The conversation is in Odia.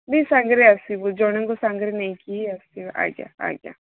ନାଇଁ ସାଙ୍ଗରେ ଆସିବୁ ଜଣଙ୍କୁ ସାଙ୍ଗରେ ନେଇକି ହି ଆସିବୁ ଆଜ୍ଞା ଆଜ୍ଞା